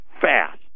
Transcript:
fast